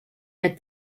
read